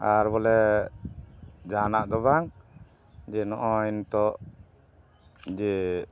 ᱟᱨ ᱵᱚᱞᱮ ᱡᱟᱦᱟᱱᱟᱜ ᱫᱚ ᱵᱟᱝ ᱡᱮ ᱱᱚᱜᱼᱚᱭ ᱱᱤᱛᱚᱜ ᱡᱮ